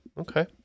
Okay